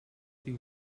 diu